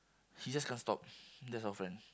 he just can't stop that's our friend